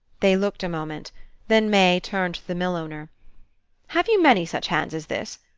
they looked a moment then may turned to the mill-owner have you many such hands as this?